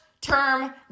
Term